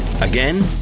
again